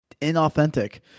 inauthentic